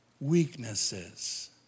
weaknesses